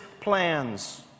plans